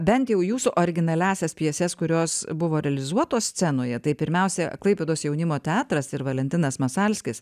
bent jau jūsų originaliąsias pjeses kurios buvo realizuotos scenoje tai pirmiausia klaipėdos jaunimo teatras ir valentinas masalskis